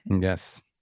Yes